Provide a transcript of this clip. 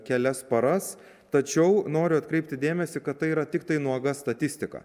kelias paras tačiau noriu atkreipti dėmesį kad tai yra tiktai nuoga statistika